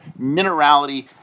minerality